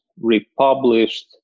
republished